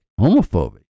homophobic